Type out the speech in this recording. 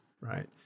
right